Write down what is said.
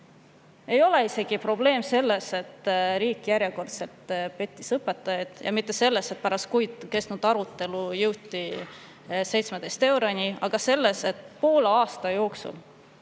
ei ole probleem isegi selles, et riik järjekordselt pettis õpetajaid, ega ka mitte selles, et pärast kuid kestnud arutelu jõuti 17 euroni, vaid on selles, et poole aasta jooksul